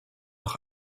noch